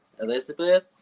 Elizabeth